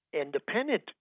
Independent